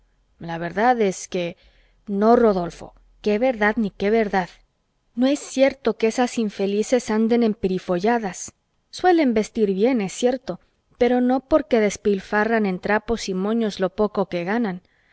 la verdad es que no rodolfo qué verdad ni qué verdad no es cierto que esas infelices anden emperifolladas suelen vestir bien es cierto pero no porque despilfarran en trapos y moños lo poco que ganan